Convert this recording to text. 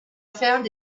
found